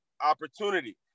opportunity